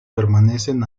permanecen